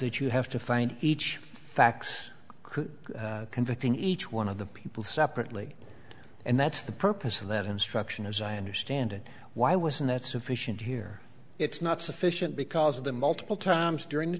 that you have to find each facts could convict in each one of the people separately and that's the purpose of that instruction as i understand it why wasn't that sufficient here it's not sufficient because of the multiple times during the